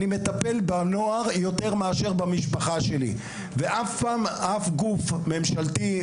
אני מטפל בנוער יותר מאשר במשפחה שלי ואף פעם אף גוף ממשלתי,